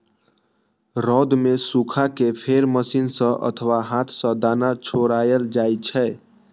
रौद मे सुखा कें फेर मशीन सं अथवा हाथ सं दाना छोड़ायल जाइ छै